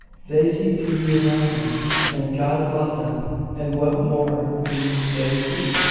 they see duty around them and god above them and what more need they see?